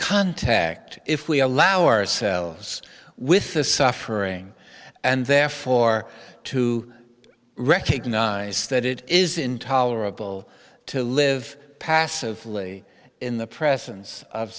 contact if we allow ourselves with the suffering and therefore to recognize that it is intolerable to live passively in the presence of